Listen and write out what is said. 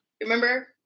remember